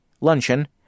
luncheon